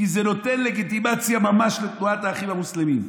כי זה נותן לגיטימציה ממש לתנועת האחים המוסלמים.